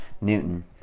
newton